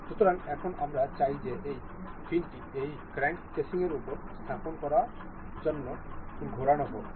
সুতরাং এখন আমরা চাই যে এই ফিনটি এই ক্র্যাঙ্ক কেসিংয়ের উপর স্থাপন করার জন্য ঘোরানো হোক